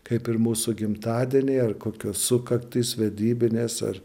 kaip ir mūsų gimtadieniai ar kokios sukaktys vedybinės ar